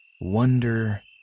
wonder